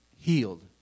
healed